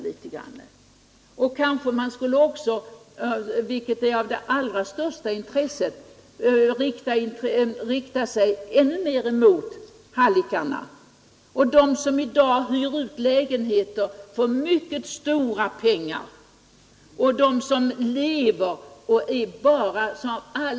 Av allra största intresse vore emellertid att man ännu mer riktade sig emot hallickarna och dem som i dag för mycket stora pengar hyr ut lägenheter för denna verksamhet.